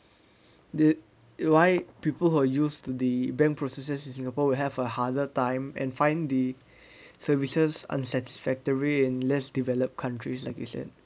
the why people who are used to the bank processes in singapore will have a harder time and find the services unsatisfactory in less developed countries like you said